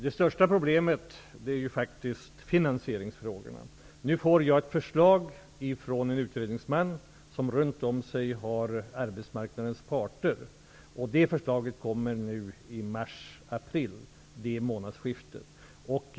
Det största problemet är finansieringen. Jag kommer att få ett förslag från en utredningsman, som har kontakt med arbetsmarknadens parter. Förslaget kommer i månadsskiftet mars-april.